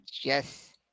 Yes